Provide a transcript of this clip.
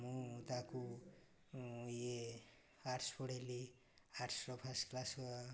ମୁଁ ତାକୁ ଇଏ ଆର୍ଟସ୍ ପଢ଼ାଇଲି ଆର୍ଟସ୍ରେ ଫାଷ୍ଟ କ୍ଲାସ୍